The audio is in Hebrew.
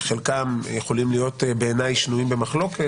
שחלקם יכולים להיות בעיניי שנויים במחלוקת